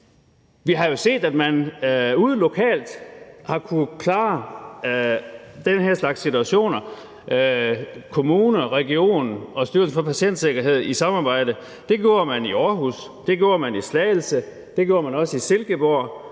Vi har jo set, at man ude lokalt har kunnet klare den her slags situationer – kommune, region og Styrelsen for Patientsikkerhed i et samarbejde. Det gjorde man i Aarhus, det gjorde man i Slagelse,